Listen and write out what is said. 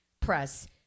press